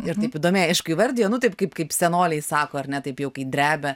ir taip įdomiai aišku įvardijo nu taip kaip kaip senoliai sako ar ne taip jau kai drebia